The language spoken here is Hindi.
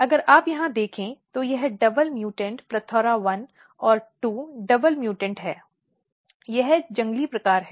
अगर आप यहां देखें तो यह डबल म्यूटेंट प्लेथोरा 1 और 2 डबल म्यूटेंट है यह जंगली प्रकार है